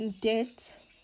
debt